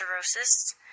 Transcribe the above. cirrhosis